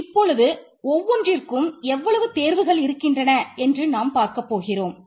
இப்பொழுது ஒவ்வொன்றிற்கும் எவ்வளவு தேர்வுகள் இருக்கின்றன என்று நாம் பார்க்க போகிறோம்